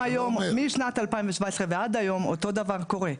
משנת 2017 ועד היום אותו דבר קורה.